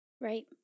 Right